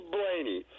Blaney